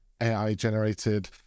AI-generated